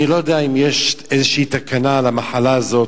אני לא יודע אם יש איזו תקנה למחלה הזאת,